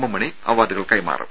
M Mani അവാർഡുകൾ കൈമാറും